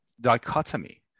dichotomy